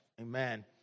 Amen